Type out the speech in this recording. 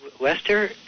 Wester